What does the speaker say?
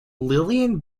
lillian